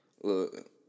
look